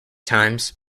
times